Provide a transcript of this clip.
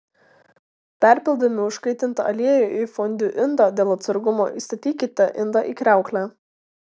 perpildami užkaitintą aliejų į fondiu indą dėl atsargumo įstatykite indą į kriauklę